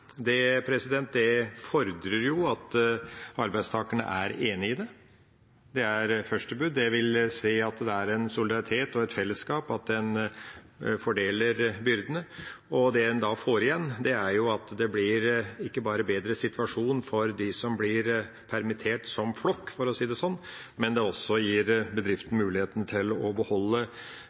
én lønnspliktperiode. Det fordrer at arbeidstakerne er enig i det – det er første bud, dvs. at det er en solidaritet og et fellesskap, at en fordeler byrdene. Det en da får igjen, er at det blir ikke bare en bedre situasjon for dem som blir permittert som flokk, for å si det sånn, men det gir også bedriften mulighet til å beholde